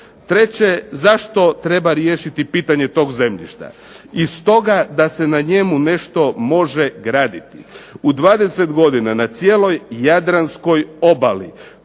Treće, zašto treba riješiti pitanje tog zemljišta? Iz toga da se na njemu nešto može graditi. U 20 godina na cijeloj Jadranskoj obali,